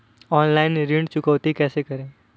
Online ऋण चुकौती कैसे करें?